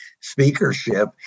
speakership